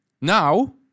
Now